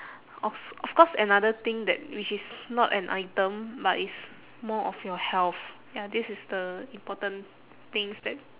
os~ of course another thing that which is not an item but is more of your health ya this is the important things that